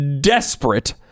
desperate